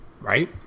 Right